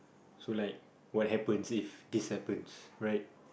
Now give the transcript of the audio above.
so like what happens if this happens right